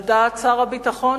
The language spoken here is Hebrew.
על דעת שר הביטחון,